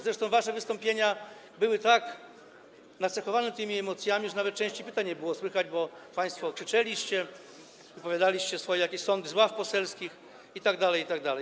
Zresztą wasze wystąpienia były tak nacechowane tymi emocjami, że nawet części pytań nie było słychać, bo państwo krzyczeliście, wypowiadaliście swoje sądy z ław poselskich itd.